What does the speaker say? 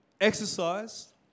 exercise